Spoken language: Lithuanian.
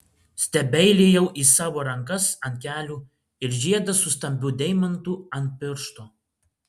stebeilijau į savo rankas ant kelių ir žiedą su stambiu deimantu ant piršto